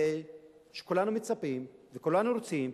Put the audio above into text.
שכולנו מצפים לו וכולנו רוצים,